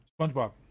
SpongeBob